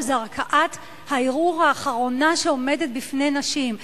הוא ערכאת הערעור האחרונה שעומדת בפני נשים.